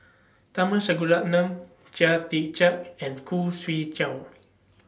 Tharman Shanmugaratnam Chia Tee Chiak and Khoo Swee Chiow